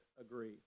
agree